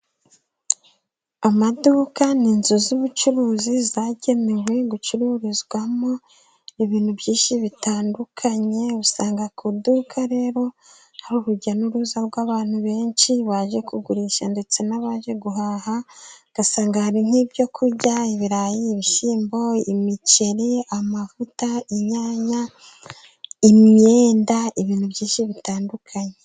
Amaduka ni inzu z'ubucuruzi zagenewe gucururizwamo ibintu byinshi bitandukanye, usanga ku iduka rero hari urujya n'uruza rw'abantu benshi, baje kugurisha ndetse n'abaje guhaha, ugasanga hari nk'ibyo kurya ibirayi, ibishyimbo, imiceri, amavuta, inyanya, imyenda, ibintu byinshi bitandukanye.